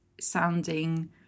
sounding